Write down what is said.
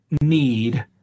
need